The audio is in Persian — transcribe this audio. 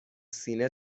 سینه